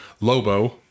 Lobo